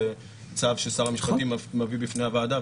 זה צו ששר המשפטים מביא בפני הוועדה,